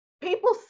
people